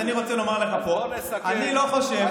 אז אני רוצה לומר לך פה שאני לא חושב,